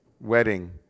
wedding